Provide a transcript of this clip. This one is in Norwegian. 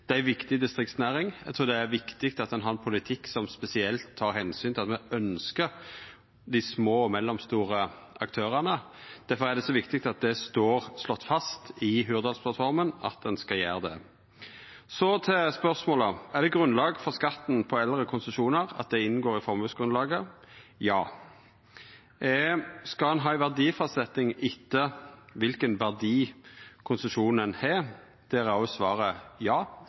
Det er ei viktig distriktsnæring. Eg trur det er viktig at ein har ein politikk som spesielt tek omsyn til at me ønskjer dei små og mellomstore aktørane. Derfor er det så viktig at det står slått fast i Hurdalsplattforma at ein skal gjera det. Så til spørsmåla: Er det grunnlag for skatten på eldre konsesjonar, at det inngår i formuesgrunnlaget? Ja. Skal ein ha ei verdifastsetjing etter kva verdi konsesjonen har? Der er òg svaret ja,